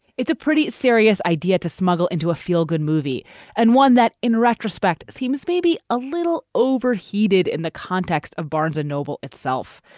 it's a pretty serious idea to smuggle into a feel good movie and one that in retrospect seems maybe a little overheated in the context of barnes and noble itself.